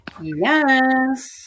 Yes